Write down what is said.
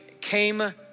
came